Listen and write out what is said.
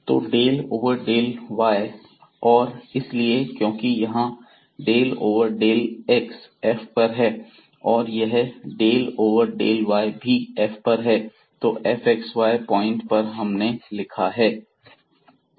तो del over del y और यह इसलिए है क्योंकि यहां del over del x f पर है और यह डेल ओवर डेल y भी f पर है तो f x y पॉइंट पर हमने लिखा है